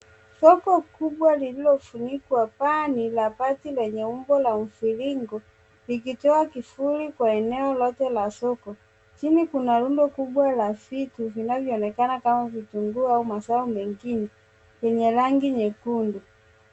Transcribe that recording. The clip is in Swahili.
Soko kubwa lililofunikwa. Paa ni la bati lenye umbo la mviringo likitoa kivuli kwa eneo lote la soko. Chini kuna rundo kubwa la vitu vinanyoonekana kama vitunguu au mazao mengine yenye rangi nyekundu.